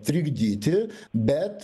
trikdyti bet